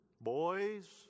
boys